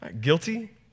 guilty